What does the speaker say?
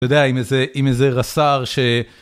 אתה יודע, עם איזה רס"ר ש...